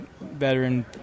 veteran